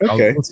Okay